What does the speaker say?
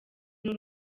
n’u